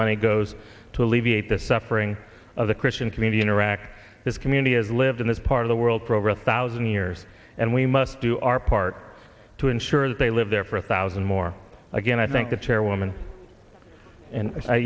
money goes to alleviate the suffering of the christian community in iraq this community has lived in as part of the world for over a thousand years and we must do our part to ensure that they live there for a thousand more again i think the chairwoman and i